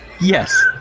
Yes